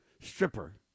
stripper